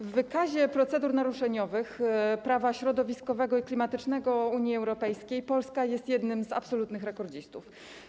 W wykazie procedur naruszeniowych prawa środowiskowego i klimatycznego Unii Europejskiej Polska jest jednym z absolutnych rekordzistów.